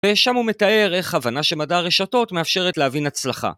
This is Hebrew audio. ושם הוא מתאר איך הבנה של מדע הרשתות מאפשרת להבין הצלחה.